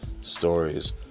stories